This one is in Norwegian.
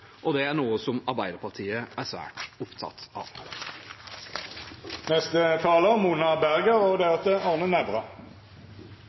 og det er noe Arbeiderpartiet er svært opptatt